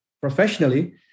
professionally